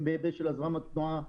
הן בהיבט של הזרמת תנועה,